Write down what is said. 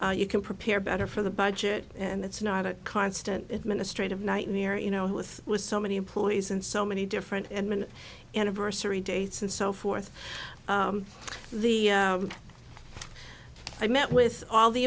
way you can prepare better for the budget and that's not a constant administrative nightmare you know with was so many employees and so many different admin anniversary dates and so forth the i met with all the